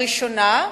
הראשונה,